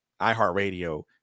iHeartRadio